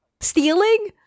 stealing